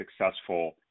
successful